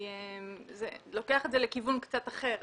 זה לוקח את זה לכיוון קצת אחר.